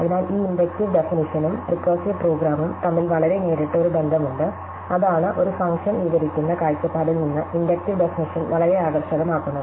അതിനാൽ ഈ ഇൻഡക്റ്റീവ് ഡെഫനിഷനും റികേർസിവ് പ്രോഗ്രാമും തമ്മിൽ വളരെ നേരിട്ട് ഒരു ബന്ധം ഉണ്ട് അതാണ് ഒരു ഫംഗ്ഷൻ വിവരിക്കുന്ന കാഴ്ചപ്പാടിൽ നിന്ന് ഇൻഡക്റ്റീവ് ഡെഫനിഷൻ വളരെ ആകർഷകമാക്കുന്നത്